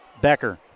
Becker